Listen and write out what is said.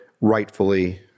rightfully